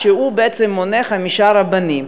שבעצם מונה חמישה רבנים.